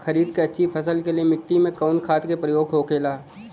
खरीद के अच्छी फसल के लिए मिट्टी में कवन खाद के प्रयोग होखेला?